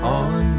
on